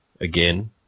again